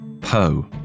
Poe